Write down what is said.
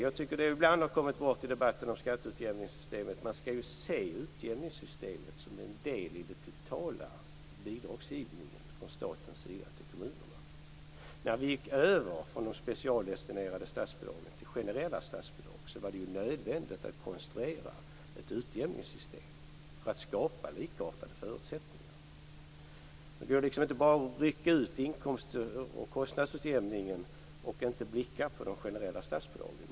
Jag tycker att det ibland har kommit bort i debatten om skatteutjämingssystemet att man skall se det som en del i den totala bidragsgivningen från statens sida till kommunerna. När vi gick över från de specialdestinerade statsbidragen till generella statsbidrag var det nödvändigt att konstruera ett utjämningssystem för att skapa likartade förutsättningar. Det går inte att bara rycka ut inkomster och kostnadsutjämningen och inte blicka på de generella statsbidragen.